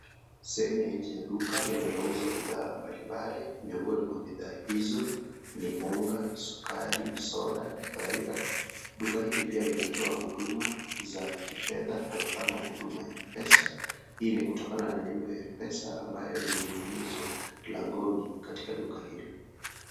Sehemu ya nje ya duka linalouza bidhaa mbali mbali.M,iongoni mwa bidhaa hizo ni unga, sukari soda na kadhalika duka hili pia linatoa huduma za kifedha kwa mfano huduma ya M-pesa hii ni kutokana na nembo ya M-pesa ambazo imeninginizwa mlangoni katika duka hilo.